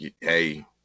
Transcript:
hey